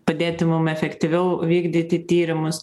padėti mum efektyviau vykdyti tyrimus